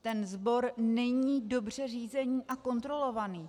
Ten sbor není dobře řízený a kontrolovaný.